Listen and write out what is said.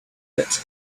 wet